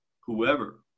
whoever